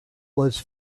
was